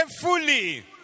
fully